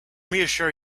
reassure